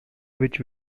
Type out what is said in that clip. which